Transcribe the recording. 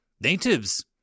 Natives